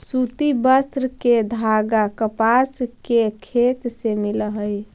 सूति वस्त्र के धागा कपास के खेत से मिलऽ हई